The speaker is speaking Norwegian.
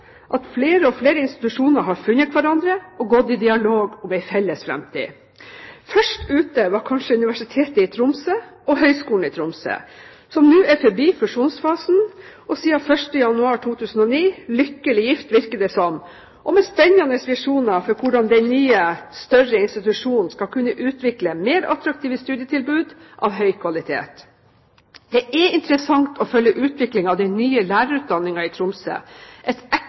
at flere og flere institusjoner har funnet hverandre og gått i dialog om en felles framtid. Først ute var kanskje Universitetet i Tromsø og Høgskolen i Tromsø, som nå er forbi fusjonsfasen. Siden 1. januar 2009 har de vært lykkelig gift, virker det som, med spennende visjoner for hvordan den nye, større institusjonen skal kunne utvikle mer attraktive studietilbud av høy kvalitet. Det er interessant å følge utviklingen av den nye lærerutdanningen i Tromsø, et